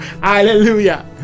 Hallelujah